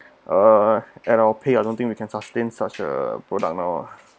uh and our pay I don't think we can sustain such a product now ah